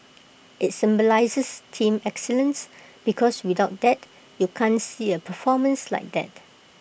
IT symbolises team excellence because without that you can't see A performance like that